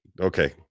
Okay